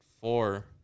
Four